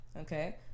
okay